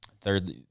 third